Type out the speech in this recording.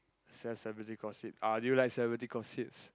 cel~ celebrity gossip uh do you like celebrity gossips